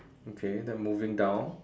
okay then moving down